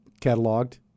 cataloged